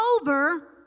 over